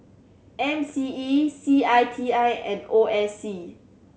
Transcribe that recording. M C E C I T I and O I C